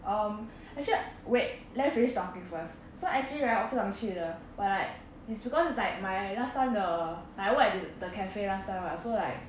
um actu~ wait let me finish talking first so actually right 我不想去的 but like it's because like my last time the I work at thi~ the cafe last time [what] so like